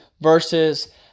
versus